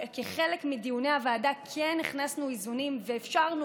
כחלק מדיוני הוועדה כן הכנסנו איזונים ואפשרנו